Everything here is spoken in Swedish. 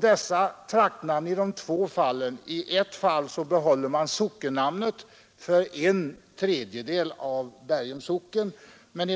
Den ena stadsdelen får behålla sockennamnet, men de